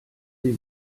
sie